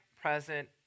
present